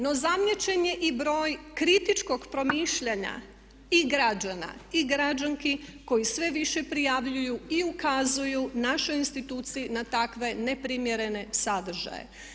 No zamijećen je i broj kritičkog promišljanja i građana i građanki koji sve više prijavljuju i ukazuju našoj instituciji na takve ne primjerene sadržaje.